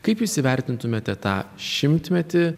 kaip jūs įvertintumėte tą šimtmetį